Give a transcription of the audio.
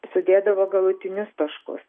sudėdavo galutinius taškus